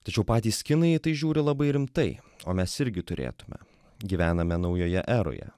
tačiau patys kinai į tai žiūri labai rimtai o mes irgi turėtume gyvename naujoje eroje